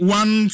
one